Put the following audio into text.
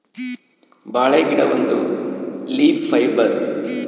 ಬಾಳೆ ಗಿಡ ಒಂದು ಲೀಫ್ ಫೈಬರ್